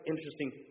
interesting